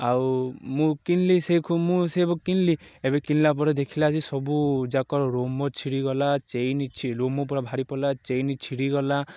ଆଉ ମୁଁ କିଣିଲି ସେ କିଣିଲି ଏବେ କିଣିଲା ପରେ ଦେଖିଲା ଯେ ସବୁ ଯାକର ରୁମ ଛିଡ଼ିଗଲା ଚେନ୍ ରୁମ ପୁରା ବାହାରି ପଡ଼ିଲା ଚେଇନ୍ ଛିଡ଼ିଗଲା